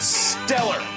stellar